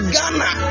Ghana